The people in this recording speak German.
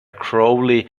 crowley